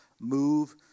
move